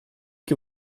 que